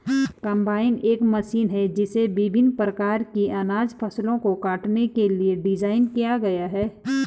combine एक मशीन है जिसे विभिन्न प्रकार की अनाज फसलों को काटने के लिए डिज़ाइन किया गया है